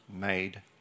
made